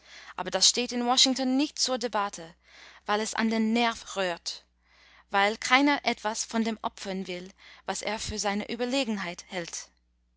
aber das steht in washington nicht zur debatte weil es an den nerv rührt weil keiner etwas von dem opfern will was er für seine überlegenheit hält